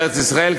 בארץ-ישראל,